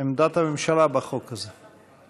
עמדת הממשלה בחוק הזה.